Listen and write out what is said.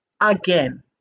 again